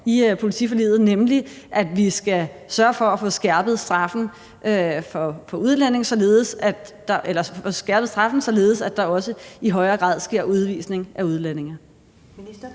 i politiforliget, nemlig at vi skal sørge for at få skærpet straffen, således at der også i højere grad sker udvisning af udlændinge?